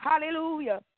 Hallelujah